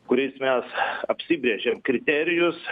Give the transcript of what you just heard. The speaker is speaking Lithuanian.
kuriais mes apsibrėžėm kriterijus